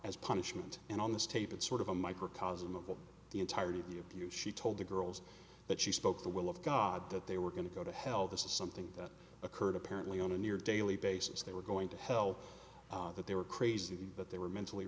as punishment and on this tape it's sort of a microcosm of the entirety of your view she told the girls that she spoke the will of god that they were going to go to hell this is something that occurred apparently on a near daily basis they were going to hell that they were crazy that they were mentally